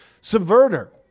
subverter